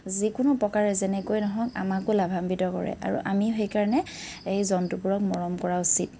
যিকোনো প্ৰকাৰে যেনেকৈয়ে নহওক আমাকো লাভাম্বিত কৰে আৰু আমিও সেইকাৰণে এই জন্তুবোৰক মৰম কৰা উচিত